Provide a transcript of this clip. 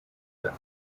that